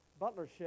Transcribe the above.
butlership